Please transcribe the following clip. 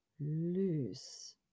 loose